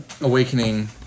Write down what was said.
awakening